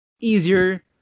easier